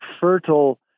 fertile